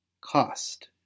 Cost